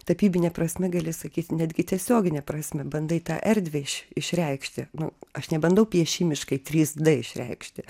tapybine prasme gali sakyti netgi tiesiogine prasme bandai tą erdvę išreikšti nu aš nebandau piešimiškai trys d išreikšti